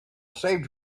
saved